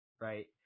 Right